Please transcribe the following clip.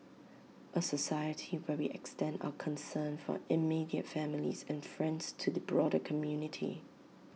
A society where we extend our concern for immediate families and friends to the broader community